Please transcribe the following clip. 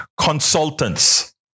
consultants